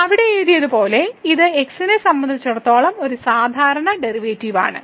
അവിടെ എഴുതിയതുപോലെ ഇത് x നെ സംബന്ധിച്ചിടത്തോളം ഒരു സാധാരണ ഡെറിവേറ്റീവ് ആണ്